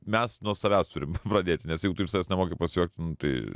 mes nuo savęs turim pradėti nes jeigu tu iš savęs nemoki pasijuokt nu tai